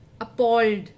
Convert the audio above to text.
appalled